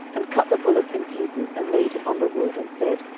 and cut the bullock in pieces, and laid him on the wood, and said,